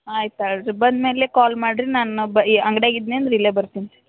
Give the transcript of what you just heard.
ಆಯ್ತು ತೊಗೊಳ್ರೀ ಬಂದ ಮೇಲೆ ಕಾಲ್ ಮಾಡಿರಿ ನಾನು ಅಂಗಡ್ಯಾಗೆ ಇದ್ನಂದ್ರೆ ಇಲ್ಲೇ ಬರ್ತೀನಿ